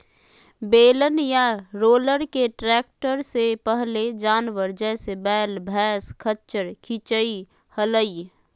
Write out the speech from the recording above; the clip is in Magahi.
बेलन या रोलर के ट्रैक्टर से पहले जानवर, जैसे वैल, भैंसा, खच्चर खीचई हलई